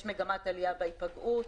יש מגמת עלייה בהיפגעות.